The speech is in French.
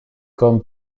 comme